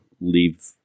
leave